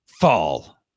fall